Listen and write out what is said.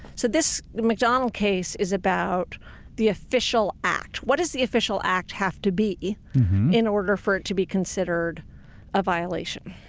so this mcdonnell case is about the official act. what does the official act have to be in order for it to be considered a violation?